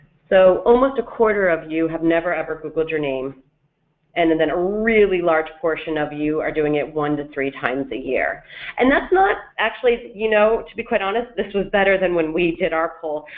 so almost a quarter of you have never ever googled your name and and then a really large portion of you are doing it one to three times a year and that's not actually, you know, to be quite honest, this was better than when we did our poll,